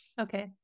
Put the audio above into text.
okay